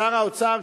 שר האוצר,